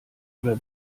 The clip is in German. oder